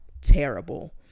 terrible